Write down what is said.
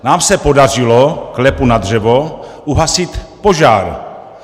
Nám se podařilo, klepu na dřevo, uhasit požár.